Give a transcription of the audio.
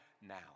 now